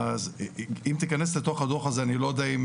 אז אם תיכנס לתוך הדו"ח הזה, אני לא יודע אם